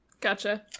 Gotcha